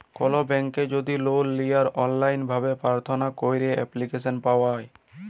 call ব্যাংকে যদি লল লিয়ার অললাইল ভাবে পার্থনা ক্যইরে এপ্লিক্যাসল পাউয়া